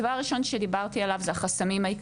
הדבר הראשון שדיברתי עליו זה העיכובים